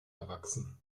erwachsen